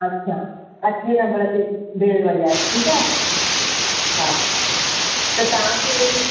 अच्छा अठे नंबर ते बेल वॼाए ठीकु आहे हा त तव्हांखे